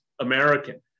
American